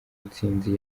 intsinzi